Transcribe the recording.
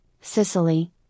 Sicily